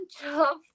job